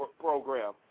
program